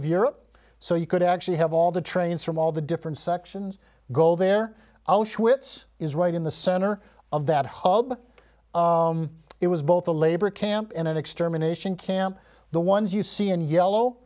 of europe so you could actually have all the trains from all the different sections go there auschwitz is right in the center of that hall but it was both a labor camp and an extermination camp the ones you see in yellow